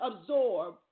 absorb